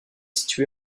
situé